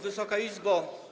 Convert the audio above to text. Wysoka Izbo!